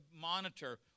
monitor